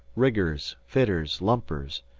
riggers, fitters, lumpers,